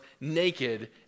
naked